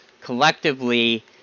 collectively